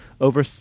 over